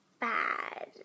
bad